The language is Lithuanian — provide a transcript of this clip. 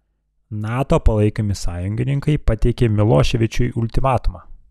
nato palaikomi sąjungininkai pateikė miloševičiui ultimatumą